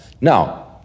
Now